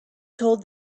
told